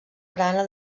barana